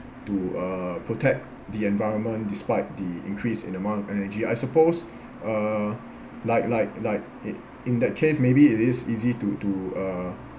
to uh protect the environment despite the increase in amount of energy I suppose uh like like like in in that case maybe it is easy to to uh